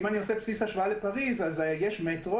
אם אני עושה בסיס השוואה לפריז אז יש מטרו